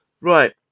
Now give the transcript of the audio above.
Right